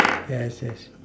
yes yes